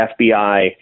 FBI